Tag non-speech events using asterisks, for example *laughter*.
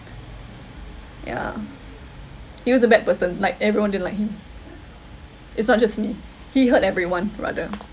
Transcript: yeah *noise* he was a bad person like everyone didn't like him it's not just me he hurt everyone rather